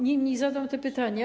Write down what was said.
Niemniej zadam te pytania.